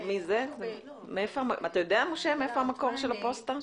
אתה יודע, משה, מאיפה המקור של הפוסטה?